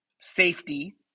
safety